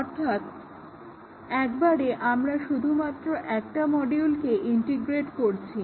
অর্থাৎ একবারে আমরা শুধুমাত্র একটা মডিউলকে ইন্টিগ্রেট করছি